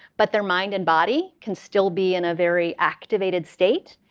but their mind and body can still be in a very activated state,